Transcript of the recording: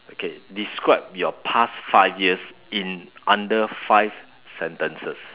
okay describe your past five years in under five sentences